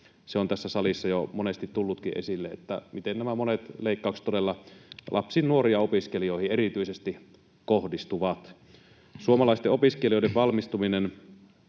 Se on tässä salissa jo monesti tullutkin esille, miten nämä monet leikkaukset todella lapsiin, nuoriin ja opiskelijoihin erityisesti kohdistuvat. Suomalaisten opiskelijoiden valmistuminen